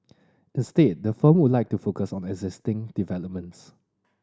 instead the firm would like to focus on existing developments